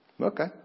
Okay